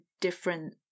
different